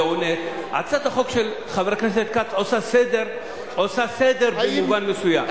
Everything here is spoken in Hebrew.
הצעת החוק של חבר הכנסת כץ עושה סדר במובן מסוים.